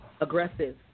aggressive